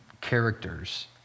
characters